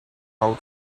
how